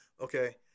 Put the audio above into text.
okay